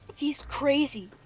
he's crazy!